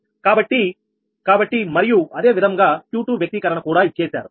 కాబట్టి కాబట్టి మరియు అదే విధముగా Q2 వ్యక్తీకరణ కూడా ఇచ్చేశారు